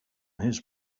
his